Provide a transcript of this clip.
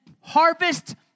harvest